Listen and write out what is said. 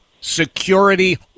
Security